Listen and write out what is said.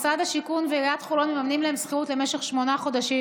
משרד השיכון ועיריית חולון מממנים להם שכירות למשך שמונה חודשים,